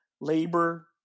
labor